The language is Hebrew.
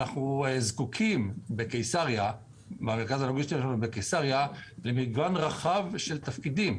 אנחנו זקוקים במרכז הלוגיסטי שלנו בקיסריה למגוון רחב של תפקידים,